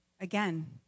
again